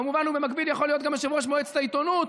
כמובן שהוא במקביל יכול להיות גם יושב-ראש מועצת העיתונות.